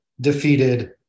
defeated